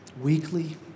weekly